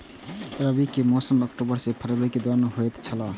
रबी के मौसम अक्टूबर से फरवरी के दौरान होतय छला